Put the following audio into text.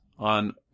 on